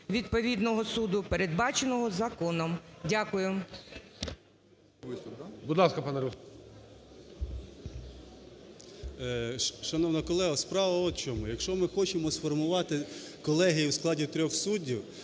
відповідного суду, передбаченого законом". Дякую.